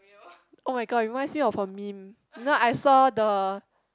oh my god reminds me of a meme you know I saw the